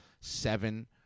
seven